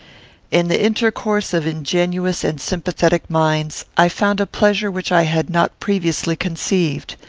in the intercourse of ingenuous and sympathetic minds, i found a pleasure which i had not previously conceived.